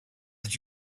that